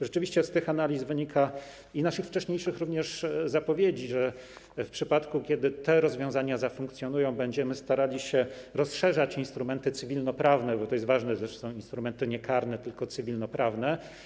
Rzeczywiście z tych analiz i naszych wcześniejszych zapowiedzi wynika, że w przypadku kiedy te rozwiązania zafunkcjonują, będziemy starali się rozszerzać instrumenty cywilnoprawne, bo to jest ważne, że to są instrumenty nie karne, tylko cywilnoprawne.